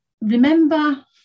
remember